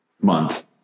month